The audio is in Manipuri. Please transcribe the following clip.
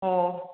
ꯑꯣ